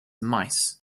mice